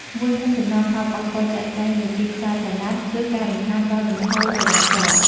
មួយក្នុងចំណោមផលប៉ះពាល់ជាក់ស្តែងនៃទីផ្សារចល័ត គឺការរំខានដល់លំហូរចរាចរណ៍។